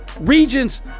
Regents